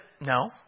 No